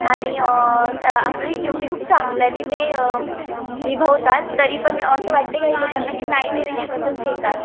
आणि आपली ड्युटी खूप चांगल्याने ते निभावतात तरी पण असं वाटते काही लोकांना की नाही ते रिश्वतच घेतात